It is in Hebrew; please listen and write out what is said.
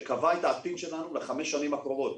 שקבע את העתיד שלנו לחמש השנים הקרובות.